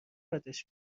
بدش